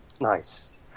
Nice